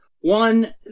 One